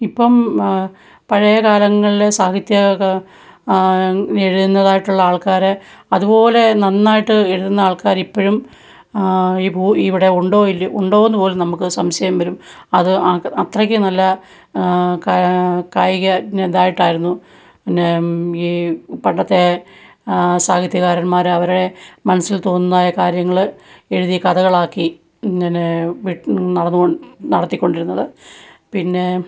ഇപ്പോള് പഴയ കാലങ്ങളിലെ സാഹിത്യകാ എഴുതുന്നതായിട്ടുള്ള ആൾക്കാരെ അതുപോലെ നന്നായിട്ട് എഴുതുന്ന ആള്ക്കാരിപ്പോഴും ഈ ഭൂ ഇവിടെ ഉണ്ടോ ഇല്ലയോ ഉണ്ടോ എന്നുപോലും നമ്മള്ക്ക് സംശയം വരും അത് അത്രയ്ക്കു നല്ല കായിക ഇതായിട്ടായിരുന്നു പിന്നെ ഈ പണ്ടത്തെ സാഹിത്യകാരൻമാര് അവരെ മനസ്സിൽ തോന്നുന്നതായ കാര്യങ്ങള് എഴുതി കഥകളാക്കി ഇങ്ങനേ നടന്നുകൊ നടത്തിക്കൊണ്ടിരുന്നത് പിന്നേ